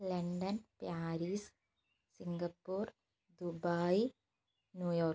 London Paris Singapore Dubai New York